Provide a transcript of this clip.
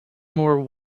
more